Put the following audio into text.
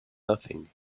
nothing